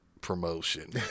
promotion